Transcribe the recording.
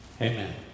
Amen